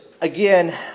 again